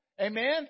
Amen